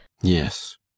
yes